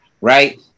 Right